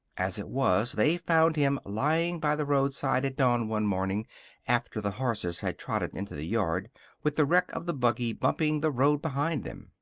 as it was, they found him lying by the roadside at dawn one morning after the horses had trotted into the yard with the wreck of the buggy bumping the road behind them.